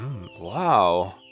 Wow